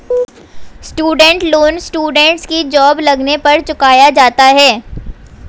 student loan students की job लगने पर चुकाया जाता है